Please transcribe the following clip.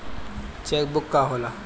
Check book का होला?